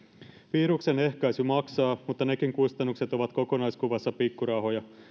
viruksen ehkäisy maksaa mutta nekin kustannukset ovat kokonaiskuvassa pikkurahoja